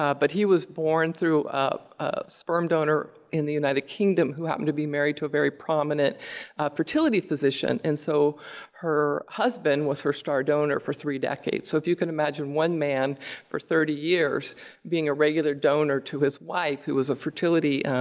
ah but he was born through um ah sperm donor in the united kingdom who happened to be married to a very prominent fertility physician, and so her husband was her star donor for three decades. so, if you can imagine one man for thirty years being a regular donor to his wife who was a fertility